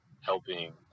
helping